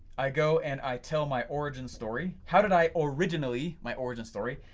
i go and i tell my origin story, how did i originally, my origin story.